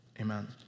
amen